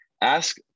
ask